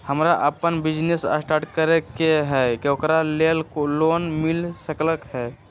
हमरा अपन business start करे के है ओकरा लेल लोन मिल सकलक ह?